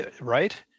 Right